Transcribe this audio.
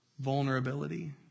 vulnerability